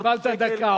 אבל אתה קיבלה עוד דקה.